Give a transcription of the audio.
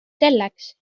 selleks